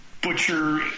butcher